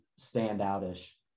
standout-ish